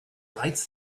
writes